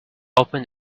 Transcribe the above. open